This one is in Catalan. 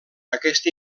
aquest